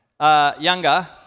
Younger